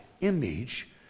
image